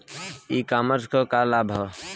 ई कॉमर्स क का लाभ ह?